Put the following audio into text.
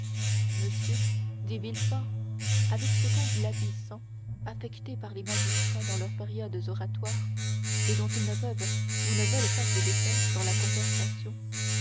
monsieur dit villefort avec ce ton glapissant affecté par les magistrats dans leurs périodes oratoires et dont ils ne peuvent ou ne veulent pas se défaire dans la conversation